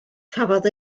cafodd